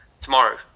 tomorrow